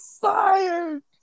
fired